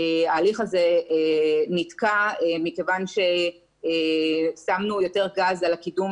ההליך הזה נתקע מכיוון ששמנו יותר גז על הקידום